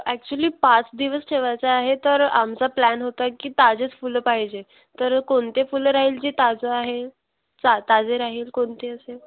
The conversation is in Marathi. ॲक्च्युली पाच दिवस ठेवायचा आहे तर आमचा प्लॅन होता की ताजेच फुलं पाहिजे तर कोणते फुलं राहील जे ताजं आहे चा ताजे राहील कोणते असेल